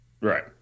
Right